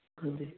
ਹਾਂਜੀ